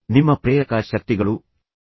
ನಿಮ್ಮ ಪ್ರೇರಕ ಶಕ್ತಿಗಳು ಯಾವುವು